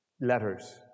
Letters